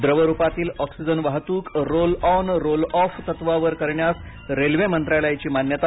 द्रवरूपातील oxygen वाहत्क roll on roll off तत्वावर करण्यास रेल्वे मंत्रालायाची मान्यता